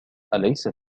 أليست